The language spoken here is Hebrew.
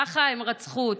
ככה הם רצחו אותי.